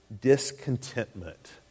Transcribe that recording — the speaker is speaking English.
discontentment